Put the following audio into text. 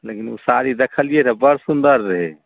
लेकिन ओ साड़ी देखलियै रहए बड़ सुन्दर रहै